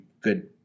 good